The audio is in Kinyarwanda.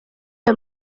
ayo